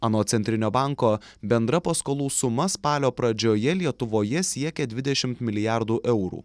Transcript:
anot centrinio banko bendra paskolų suma spalio pradžioje lietuvoje siekė dvidešimt milijardų eurų